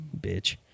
bitch